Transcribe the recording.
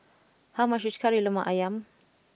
how much is Kari Lemak Ayam